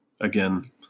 Again